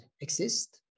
exist